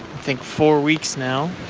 think, four weeks now.